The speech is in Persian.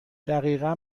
دقیقا